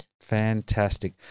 Fantastic